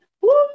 Woo